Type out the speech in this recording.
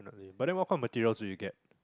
but then what kind of materials will you get